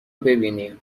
ببینی